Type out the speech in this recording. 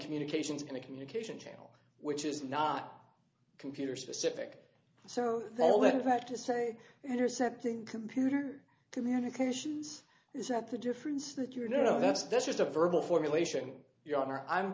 communications in a communication channel which is not computer specific so that all that had to say intercepting computer communications is that the difference that you know that's that's just a verbal formulation you are i'm